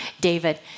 David